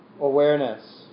awareness